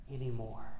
anymore